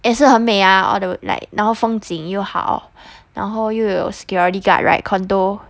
也是很美啊 all the like 然后风景又好然后又有 security guard right condo